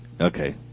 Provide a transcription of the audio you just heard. okay